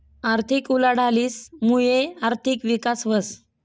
आर्थिक उलाढालीस मुये आर्थिक विकास व्हस